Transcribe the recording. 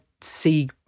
see